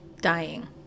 dying